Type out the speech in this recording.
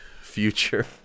future